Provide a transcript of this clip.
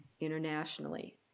internationally